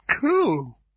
Cool